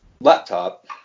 laptop